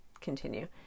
continue